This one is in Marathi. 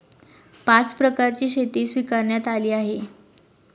पाच प्रकारची शेती स्वीकारण्यात आली आहे